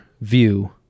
view